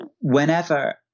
whenever